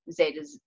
Zetas